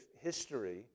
history